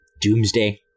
Doomsday